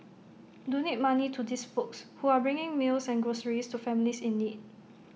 donate money to these folks who are bringing meals and groceries to families in need